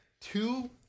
two